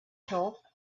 top